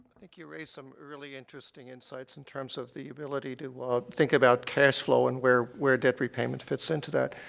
think you raised some early interesting insights in terms of the ability to, ah, think about cash flow and where where debt repayment fits into that.